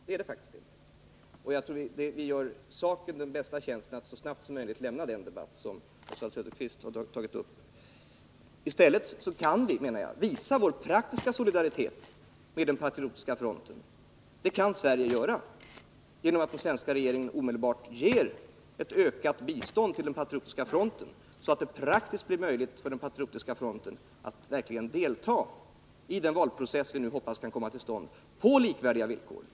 Jag anser att vi gör saken den bästa tjänsten genom att så snabbt som möjligt lämna den debatt som Oswald Söderqvist tagit upp. I stället kan Sverige, menar jag, visa praktisk solidaritet med Patriotiska fronten genom att den svenska regeringen omedelbart ger ett ökat bistånd till Patriotiska fronten, så att det praktiskt blir möjligt för Patriotiska fronten att delta i den valprocess som vi hoppas skall komma till stånd på likvärdiga villkor.